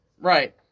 Right